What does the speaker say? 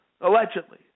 Allegedly